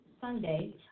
Sunday